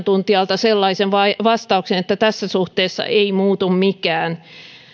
eri asiantuntijalta sellaisen vastauksen että tässä suhteessa ei muutu mikään